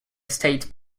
state